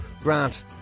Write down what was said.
Grant